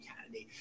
candidate